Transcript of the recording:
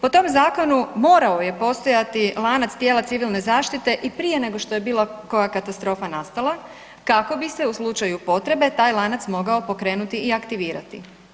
Po tom zakonu morao je postojati lanac tijela civilne zaštite i prije nego što je bilo koja katastrofa nastala kako bi se u slučaju potrebe taj lanac mogao pokrenuti i aktivirati.